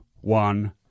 one